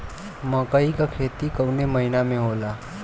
मकई क खेती कवने महीना में होला?